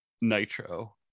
nitro